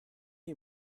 you